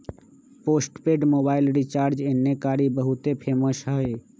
postpaid mobile recharge एन्ने कारि बहुते फेमस हई